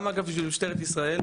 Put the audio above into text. גם אגב, בשביל משטרת ישראל.